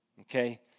Okay